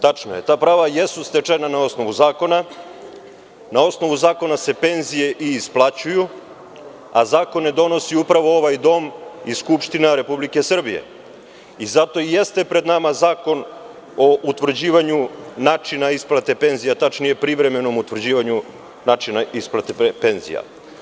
Tačno je, ta prava jesu stečena na osnovu zakona, na osnovu zakona se penzije i isplaćuju, a zakone donosi upravo ovaj dom i Skupština RS i zato i jeste pred nama zakon o utvrđivanju načina isplate penzija, tačnije privremenom utvrđivanju načina isplate penzija.